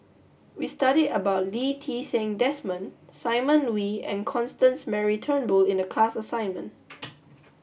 we studied about Lee Ti Seng Desmond Simon Wee and Constance Mary Turnbull in the class assignment